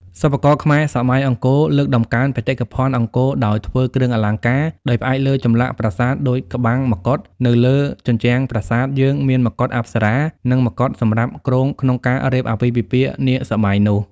សិប្បករខ្មែរសម័យអង្គរលើកតម្កើងបេតិកភណ្ឌអង្គរដោយធ្វើគ្រឿងអលង្ការដោយផ្អែកលើចម្លាក់ប្រាសាទដូចក្បាំងមកុដនៅលើជញ្ជ្រាំប្រាសាទយើងមានមកុដអប្សរា និងមកុដសម្រាប់គ្រងក្នុងការរៀបអាពាហ៍ពិពាហ៍នាសម័យនោះ